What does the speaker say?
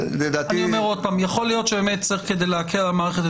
יכול להיות שכדי להקל על המערכת,